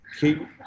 Keep